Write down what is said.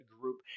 group